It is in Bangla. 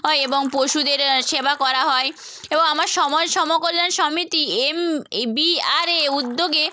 হয় এবং পশুদের সেবা করা হয় এবং আমার সমাজ সমাজকল্যাণ সমিতি এম এ বি আর এর উদ্যোগে